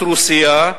'את רוסייה,